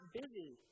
busy